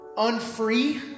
unfree